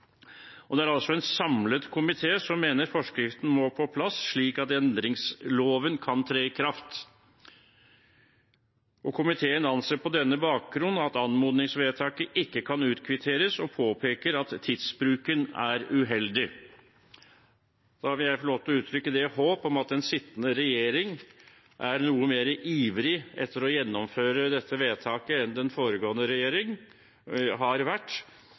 Det er en samlet komité som mener forskriften må på plass, slik at endringsloven kan tre i kraft. Komiteen anser på denne bakgrunn at anmodningsvedtaket ikke kan utkvitteres, og påpeker at tidsbruken er uheldig. Da vil jeg få lov til å uttrykke et håp om at den sittende regjering er noe mer ivrig etter å gjennomføre dette vedtaket enn den foregående regjering har vært,